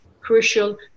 crucial